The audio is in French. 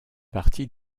partie